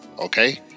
okay